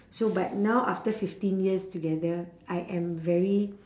so but now after fifteen years together I am very